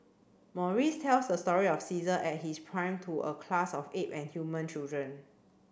Maurice tells the story of Caesar at his prime to a class of ape and human children